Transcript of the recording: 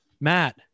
matt